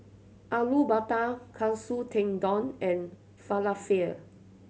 Alu Matar Katsu Tendon and Falafel